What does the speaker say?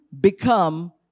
become